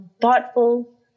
thoughtful